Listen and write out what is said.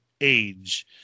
Age